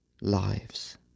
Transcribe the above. lives